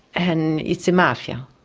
and it's a mafia.